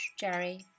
Jerry